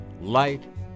light